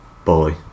Boy